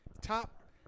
top